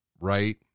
right